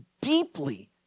deeply